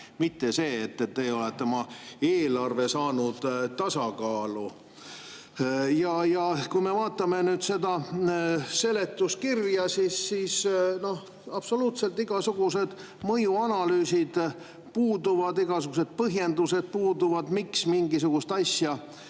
mitte see, et teie olete oma eelarve saanud tasakaalu. Ja kui me vaatame nüüd seda seletuskirja, siis noh, absoluutselt igasugused mõjuanalüüsid puuduvad, igasugused põhjendused puuduvad, miks mingisugust asja